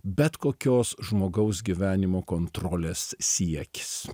bet kokios žmogaus gyvenimo kontrolės siekis